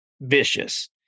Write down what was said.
vicious